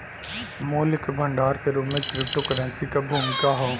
मूल्य क भंडार के रूप में क्रिप्टोकरेंसी क भूमिका हौ